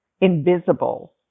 invisible